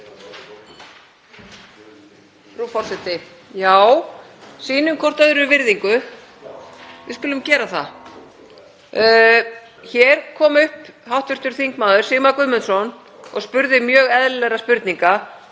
Já, sýnum hvert öðru virðingu. Við skulum gera það. Hér kom upp hv. þm. Sigmar Guðmundsson og spurði mjög eðlilegra spurninga,